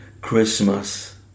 Christmas